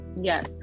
yes